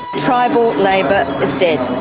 tribal labor is dead.